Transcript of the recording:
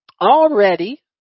already